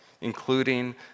including